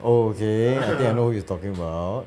oh okay I think I know who you talking about